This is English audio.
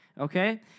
Okay